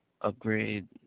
upgrade